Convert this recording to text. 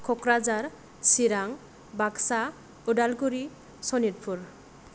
Kokrajhar Chirang Baksa Udalguri Sonitpur